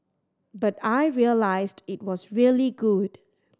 but I realised it was really good